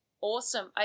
Awesome